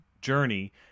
journey